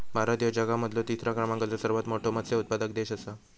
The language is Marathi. भारत ह्यो जगा मधलो तिसरा क्रमांकाचो सर्वात मोठा मत्स्य उत्पादक देश आसा